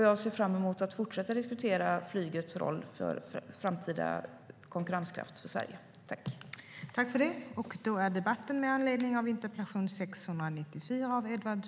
Jag ser fram emot att fortsätta att diskutera flygets roll för framtida konkurrenskraft för Sverige.